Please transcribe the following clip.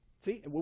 See